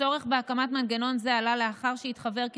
הצורך בהקמת מנגנון זה עלה לאחר שהתחוור כי